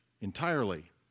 entirely